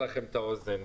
בבקשה.